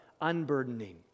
unburdening